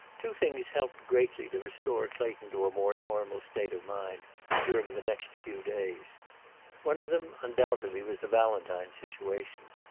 two things helped greatly to restore clayton to a more normal state of mind during the next few days one of them undoubtedly was the valentine situation.